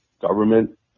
government